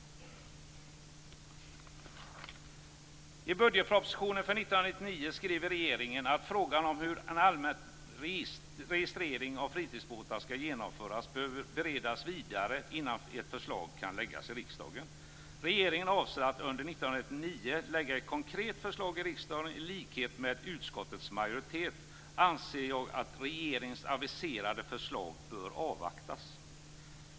I budgetpropositionen för 1999 skriver regeringen att frågan om hur en allmän registrering av fritidsbåtar skall genomföras behöver beredas vidare innan ett förslag kan läggas fram i riksdagen. Regeringen avser att under 1999 lägga fram ett konkret förslag i riksdagen. I likhet med utskottets majoritet anser jag att regeringens aviserade förslag bör avvaktas.